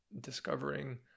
discovering